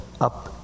Up